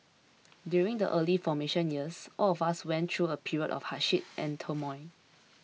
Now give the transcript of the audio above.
during the early formation years all of us went through a period of hardship and turmoil